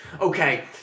Okay